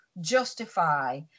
justify